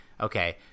Okay